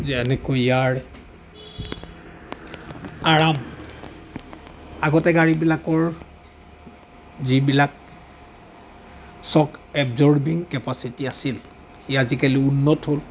যেনেকৈ ইয়াৰ আৰাম আগতে গাড়ীবিলাকৰ যিবিলাক চক এবচৰ্ভিং কেপাচিটি আছিল ই আজিকালি উন্নত হ'ল